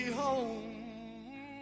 home